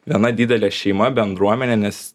viena didelė šeima bendruomenė nes